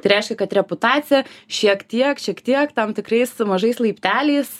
tai reiškia kad reputacija šiek tiek šiek tiek tam tikrais mažais laipteliais